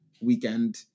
weekend